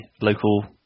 local